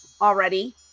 already